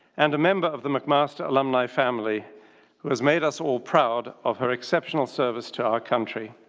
and a member of the mcmaster alumni family who has made us all proud of her exceptional service to our country.